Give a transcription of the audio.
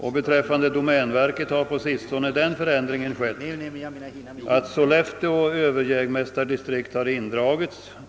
Vad beträffar domänverket har den förändringen skett, att Sollefteå överjägmästardistrikt har dragits in